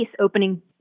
opening